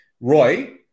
Roy